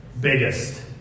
biggest